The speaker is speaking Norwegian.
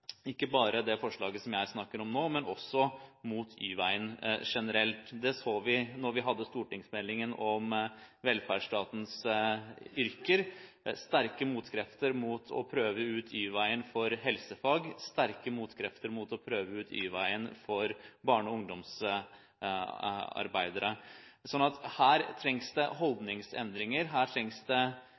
ikke bare når det gjelder det forslaget som jeg snakker om nå, men også mot Y-veien generelt – det så vi da vi fikk stortingsmeldingen om velferdsstatens yrker. Det er sterke motkrefter mot å prøve ut Y-veien for helsefag, og det er sterke motkrefter mot å prøve ut Y-veien for barne- og ungdomsarbeidere. Her trengs det holdningsendringer og mye jobbing, men det